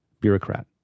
bureaucrat